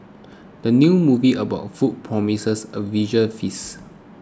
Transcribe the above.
the new movie about food promises a visual feast